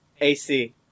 ac